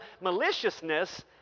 maliciousness